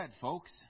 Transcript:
folks